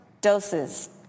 doses